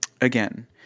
again